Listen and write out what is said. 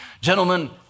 Gentlemen